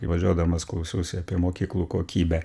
važiuodamas klausiausi apie mokyklų kokybę